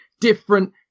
different